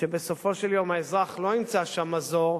שבסופו של דבר האזרח לא ימצא שם מזור,